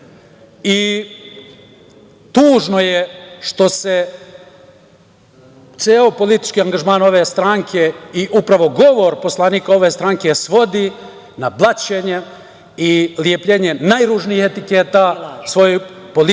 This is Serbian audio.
Ljajić. Tužno je što se ceo politički angažman ove stranke i upravo govor poslanika ove stranke svodi na blaćenje i lepljenje najružnijih etiketa svojim političkim